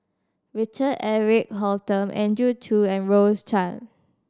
Richard Eric Holttum Andrew Chew and Rose Chan